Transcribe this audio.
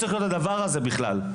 הדבר הזה לא צריך להיות בכלל,